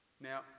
Now